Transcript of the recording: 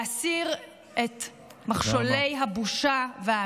להסיר את מכשולי הבושה, תודה רבה.